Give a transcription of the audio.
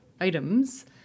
items